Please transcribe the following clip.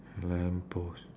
lamppost